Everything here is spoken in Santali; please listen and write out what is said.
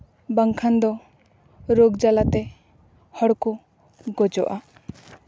ᱵᱟᱝᱠᱷᱟᱱ ᱫᱚ ᱨᱳᱜᱽ ᱡᱟᱞᱟᱛᱮ ᱦᱚᱲᱠᱚ ᱜᱚᱡᱚᱜᱼᱟ